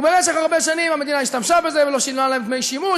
ובמשך הרבה שנים המדינה השתמשה בזה ולא שילמה להם דמי שימוש,